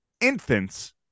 infants